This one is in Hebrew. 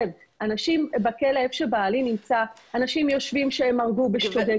בכלא שבעלי נמצא אנשים יושבים מכיוון שהרגו בשוגג,